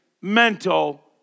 mental